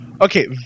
Okay